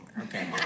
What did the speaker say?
Okay